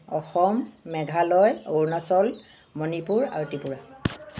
অসম অৰুণাচল মেঘালয় মণিপুৰ আৰু ত্ৰিপুৰা